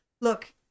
look